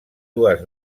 dues